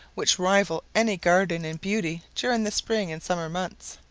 which rival any garden in beauty during the spring and summer months.